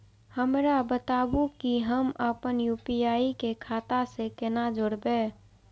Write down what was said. हमरा बताबु की हम आपन यू.पी.आई के खाता से कोना जोरबै?